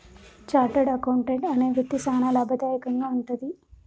chartered accountant అనే వృత్తి సానా లాభదాయకంగా వుంటది